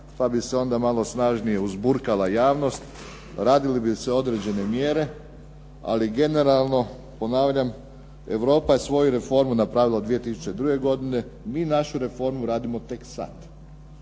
pa bi se onda malo snažnije uzburkala javnost. Radile bi se određene mjere, ali generalno ponavljam, Europa je svoju reformu napravila 2002. godine. Mi našu reformu radimo tek sada.